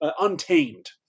untamed